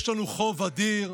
יש לנו חוב אדיר,